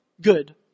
good